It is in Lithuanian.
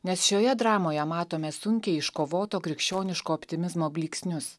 nes šioje dramoje matome sunkiai iškovoto krikščioniško optimizmo blyksnius